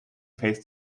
phase